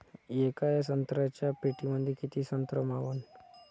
येका संत्र्याच्या पेटीमंदी किती संत्र मावन?